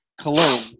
cologne